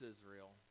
Israel